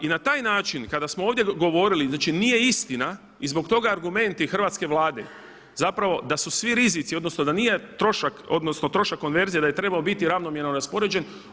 I na taj način kada smo ovdje govorili, znači nije istina i zbog toga argumenti Hrvatske vlade zapravo da su svi rizici odnosno da nije trošak konverzije da je trebao biti ravnomjerno raspoređen.